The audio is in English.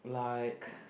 like